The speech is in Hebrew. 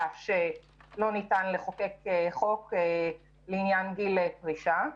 שלא ניתן לחוקק חוק לעניין גיל פרישה.